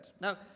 Now